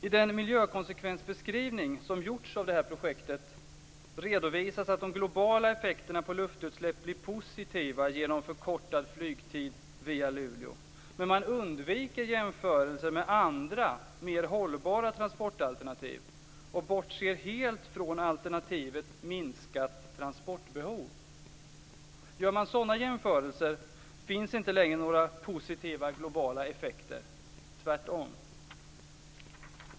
I den miljökonsekvensbeskrivning som gjorts av projektet redovisas att de globala effekterna på luftutsläpp blir positiva genom förkortad flygtid via Luleå, men man undviker jämförelser med andra mer hållbara transportalternativ och bortser helt från alternativet minskat transportbehov. Gör man sådana jämförelser finns inte längre några positiva globala effekter - tvärtom.